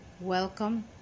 Welcome